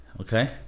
Okay